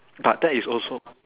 but that is also